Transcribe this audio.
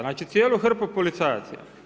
Znači cijelu hrpu policajaca.